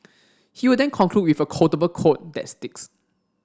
he will then conclude with a quotable quote that sticks